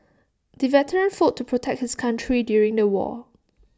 the veteran fought to protect his country during the war